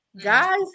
Guys